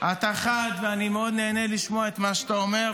אתה חד ואני מאוד נהנה לשמוע את מה שאתה אומר,